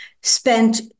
spent